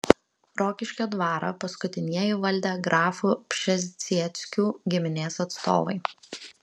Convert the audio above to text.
rokiškio dvarą paskutinieji valdė grafų pšezdzieckių giminės atstovai